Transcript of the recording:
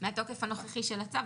מהתוקף הנוכחי של הצו,